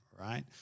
right